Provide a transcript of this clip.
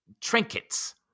trinkets